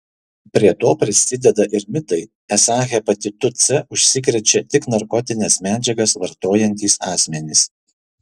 prie to prisideda ir mitai esą hepatitu c užsikrečia tik narkotines medžiagas vartojantys asmenys